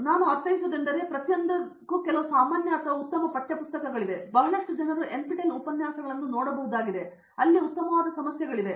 ನಾನು ಅರ್ಥೈಸುವೆಂದರೆ ಅವುಗಳಲ್ಲಿ ಪ್ರತಿಯೊಂದಕ್ಕೂ ಕೆಲವು ಸಾಮಾನ್ಯ ಪಠ್ಯಪುಸ್ತಕಗಳಿವೆ ಮತ್ತು ಬಹಳಷ್ಟು ಜನರು NPTEL ಉಪನ್ಯಾಸಗಳನ್ನು ಪ್ರವೇಶಿಸಬೇಕಾಗಿದೆ ಮತ್ತು ಉತ್ತಮವಾದ ಸಮಸ್ಯೆಗಳಿವೆ